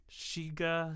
Shiga